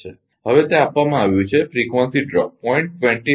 હવે તે આપવામાં આવ્યું છે કે ફ્રીક્વન્સી ડ્રોપ 0